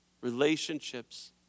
Relationships